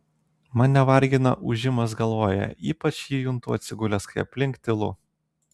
mane vargina ūžimas galvoje ypač jį juntu atsigulęs kai aplink tylu